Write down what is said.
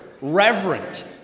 reverent